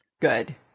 good